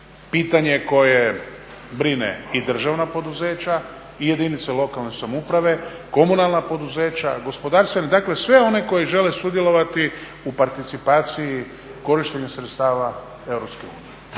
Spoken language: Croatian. pitanje koje brine i državna poduzeća i jedinice lokalne samouprave, komunalna poduzeća, gospodarstvene dakle sve one koji žele sudjelovati u participaciji korištenja sredstava EU.